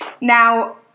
Now